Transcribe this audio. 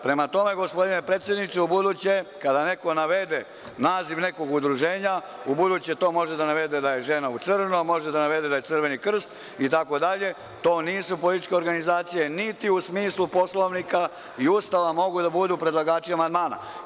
Prema tome, gospodine predsedniče, ubuduće kada neko navede naziv nekog udruženja, ubuduće to može da navede da je „Žena u crnom“, može da navede da je „Crveni krst“, itd. to nisu političke organizacije niti u smislu Poslovnika i Ustava mogu da budu predlagači amandmana.